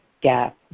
gap